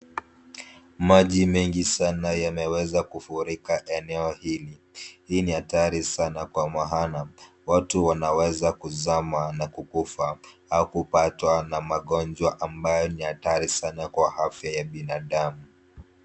Maji mengi sana yameweza kufurika eneo hili. Hii ni hatari sana kwa maana watu wanaweza kuzama na kukufa au kupatwa na magonjwa ambayo ni hatari sana kwa afya ya binadamu.